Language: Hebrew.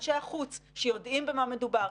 שיודעים במה מדובר,